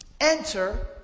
enter